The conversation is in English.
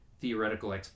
theoretical